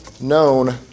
known